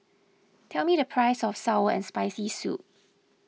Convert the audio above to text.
tell me the price of Sour and Spicy Soup